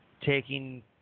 taking